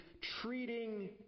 treating